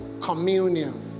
Communion